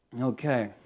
okay